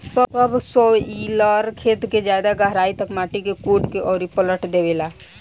subsoiler खेत के ज्यादा गहराई तक माटी के कोड़ के अउरी पलट देवेला